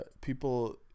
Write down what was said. people